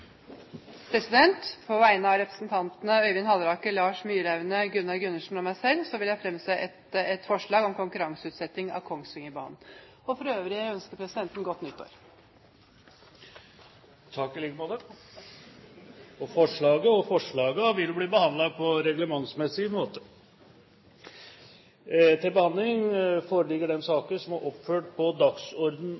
representantforslag. På vegne av representantene Øyvind Halleraker, Lars Myraune, Gunnar Gundersen og meg selv vil jeg fremsette et forslag om konkurranseutsetting av Kongsvingerbanen. For øvrig vil jeg ønske presidenten et godt nytt år. Takk, i like måte. Forslagene vil bli behandlet på reglementsmessig måte.